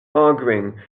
arguing